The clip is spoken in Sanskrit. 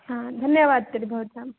आं धन्यवाद तर्हि भवतां